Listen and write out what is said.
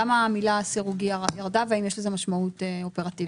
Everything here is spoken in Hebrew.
למה המילה "סירוגי" ירדה והאם יש לזה משמעות אופרטיבית?